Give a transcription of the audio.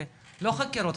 לא חקירות,